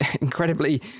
incredibly